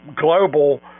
global